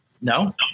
no